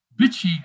bitchy